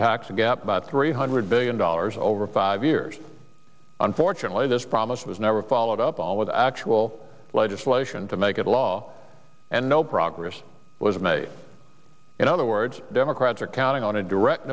a gap about three hundred billion dollars over five years unfortunately this promise was never followed up all with actual legislation to make it law and no progress was made in other words democrats are counting on a direct